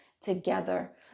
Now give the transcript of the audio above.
together